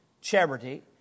charity